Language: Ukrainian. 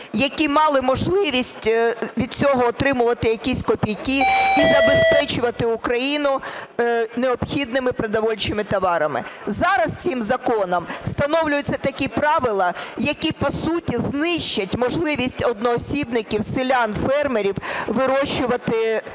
які мали можливість від цього отримувати якісь копійки і забезпечувати Україну необхідними продовольчими товарами. Зараз цим законом встановлюються такі правила, які по суті знищать можливість одноосібників, селян, фермерів вирощувати,